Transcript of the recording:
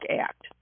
Act